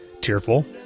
tearful